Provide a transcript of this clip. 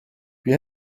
wir